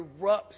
erupts